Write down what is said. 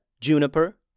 Juniper